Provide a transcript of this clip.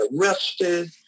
arrested